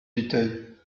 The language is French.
dutheil